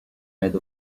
made